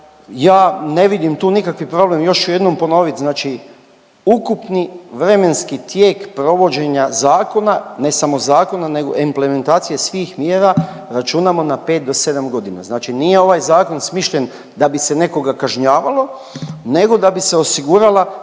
ja ne vidim tu nikakvi problem, još ću jednom ponoviti, znači ukupni vremenski tijek provođenja zakona, ne samo zakona nego implementacije svih mjera računamo na 5 do 7 godina. Znači nije ovaj Zakon smišljen da bi se nekoga kažnjavalo nego da bi se osigurala